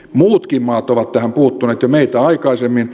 muutkin maat ovat tähän puuttuneet jo meitä aikaisemmin